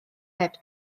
heb